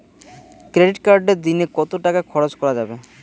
Credit কার্ডে দিনে কত টাকা খরচ করা যাবে?